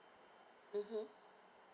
mmhmm